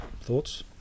Thoughts